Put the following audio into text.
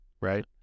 right